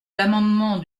l’amendement